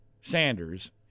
Sanders